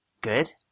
Good